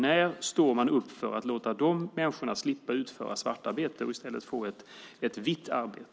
När står ni upp för att låta de människorna slippa svartarbete och i stället få ett vitt arbete?